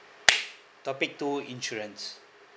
topic two insurance